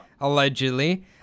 Allegedly